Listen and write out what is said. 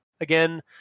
again